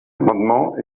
amendement